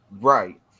Right